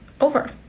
over